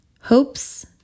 hopes